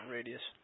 Radius